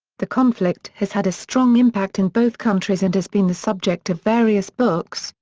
the conflict has had a strong impact in both countries and has been the subject of various books,